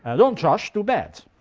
ah don't rush to bed.